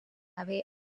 haver